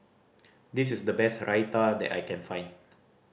this is the best Raita that I can find